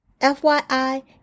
FYI